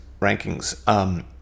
rankings